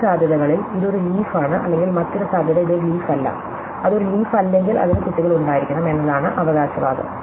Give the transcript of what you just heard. രണ്ട് സാധ്യതകളിൽ ഇത് ഒരു ലീഫ് ആണ് അല്ലെങ്കിൽ മറ്റൊരു സാധ്യത ഇത് ഒരു ലീഫ് അല്ല അത് ഒരു ലീഫ് അല്ലെങ്കിൽ അതിന് കുട്ടികൾ ഉണ്ടായിരിക്കണം എന്നതാണ് അവകാശവാദം